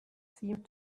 seemed